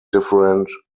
different